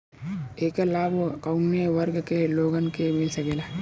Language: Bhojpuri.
ऐकर लाभ काउने वर्ग के लोगन के मिल सकेला?